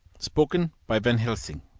spoken by van helsing